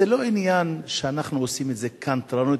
זה לא עניין שאנחנו עושים את זה בקנטרנות,